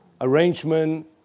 arrangement